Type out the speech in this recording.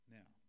Now